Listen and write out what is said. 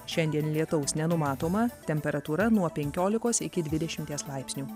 šiandien lietaus nenumatoma temperatūra nuo penkiolikos iki dvidešimties laipsnių